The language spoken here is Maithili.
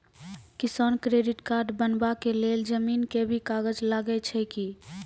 किसान क्रेडिट कार्ड बनबा के लेल जमीन के भी कागज लागै छै कि?